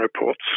reports